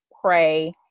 pray